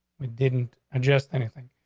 we didn't adjust anything.